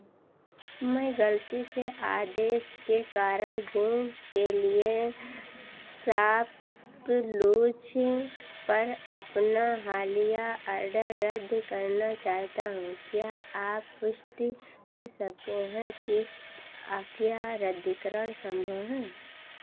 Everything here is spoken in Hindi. मैं गलती से आदेश के कारण जींस के लिए शॉप लूज पर अपना हालिया ऑर्डर रद्द करना चाहता हूँ क्या आप पुष्टि कर सकते हैं कि क्या रद्दीकरण संभव है